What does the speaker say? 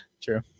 True